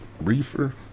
reefer